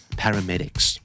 paramedics